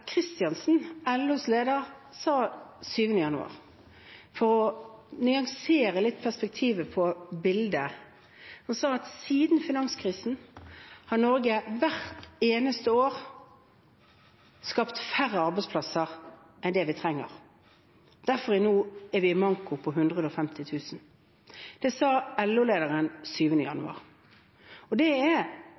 LOs leder, sa 7. januar, for å nyansere litt perspektivet på bildet. Hun sa at siden finanskrisen har Norge hvert eneste år skapt færre arbeidsplasser enn det vi trenger, derfor er vi nå i manko på 150 000. Det sa LO-lederen 7. januar. Og det er